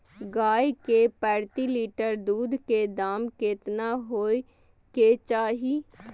गाय के प्रति लीटर दूध के दाम केतना होय के चाही?